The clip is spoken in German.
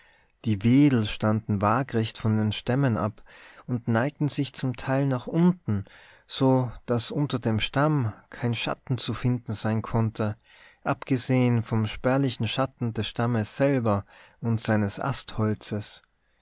die wedel standen wagrecht von den stämmen ab und neigten sich zum teil nach unten so daß unter dem stamm kein schatten zu finden sein konnte abgesehen vom spärlichen schatten des stammes selber und seines astholzes